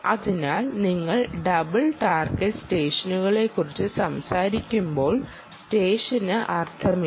അതിനാൽ നിങ്ങൾ double target സ്റ്റെഷനെക്കുറിച്ച് സംസാരിക്കുമ്പോൾ സ്റ്റെഷന് അർത്ഥമില്ല